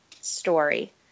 story